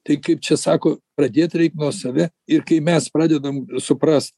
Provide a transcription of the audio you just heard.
tai kaip čia sako pradėt reik nuo save ir kai mes pradedam supras